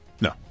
No